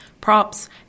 props